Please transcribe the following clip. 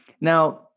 Now